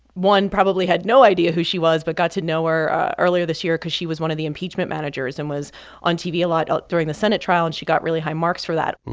one, probably had no idea who she was but got to know her earlier this year cause she was one of the impeachment managers and was on tv a lot ah during the senate trial. and she got really high marks for that.